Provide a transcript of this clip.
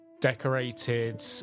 decorated